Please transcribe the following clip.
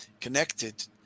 connected